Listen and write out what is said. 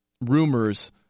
rumors